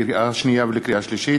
לקריאה שנייה ולקריאה שלישית,